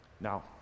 Now